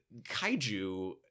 Kaiju